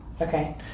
Okay